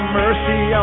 mercy